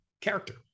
character